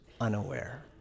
unaware